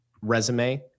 resume